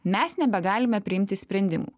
mes nebegalime priimti sprendimų